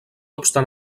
obstant